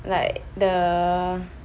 like the